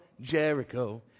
Jericho